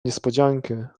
niespodziankę